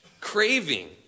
craving